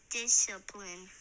discipline